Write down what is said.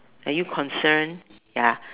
are you concerned ya